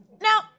Now